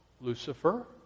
Lucifer